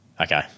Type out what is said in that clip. Okay